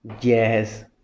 Yes